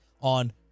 on